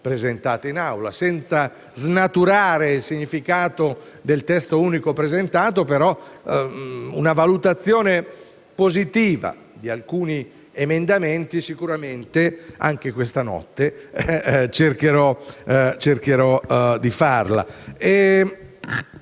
senza snaturare il significato del testo unico presentato, una valutazione positiva di alcuni emendamenti sicuramente (anche questa notte) cercherò di farla.